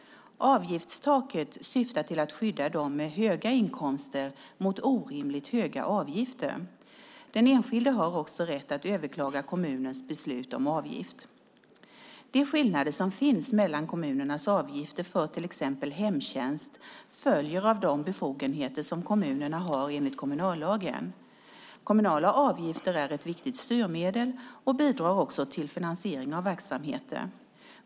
Avgiftstaket syftar till att skydda dem med höga inkomster mot orimligt höga avgifter. Den enskilde har också rätt att överklaga kommunens beslut om avgift. De skillnader som finns mellan kommunernas avgifter för till exempel hemtjänst följer av de befogenheter kommunerna har enligt kommunallagen. Kommunala avgifter är ett viktigt styrmedel och bidrar också till finansiering av verksamheter.